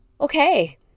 Okay